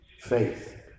Faith